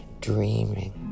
dreaming